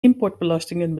importbelastingen